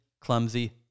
Clumsy